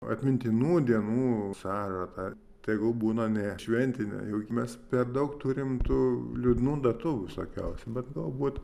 atmintinų dienų sarašą tegu būna ne šventinė juk mes per daug turim tų liūdnų datų visokiausių bet galbūt